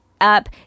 up